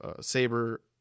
Saber